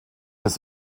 des